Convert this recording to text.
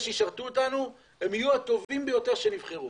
שישרתו אותנו הם יהיו הטובים ביותר שנבחרו.